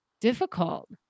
difficult